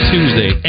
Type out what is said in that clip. Tuesday